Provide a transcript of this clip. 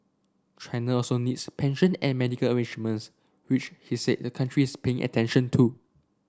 China also needs pension and medical arrangements which he said the country is paying attention to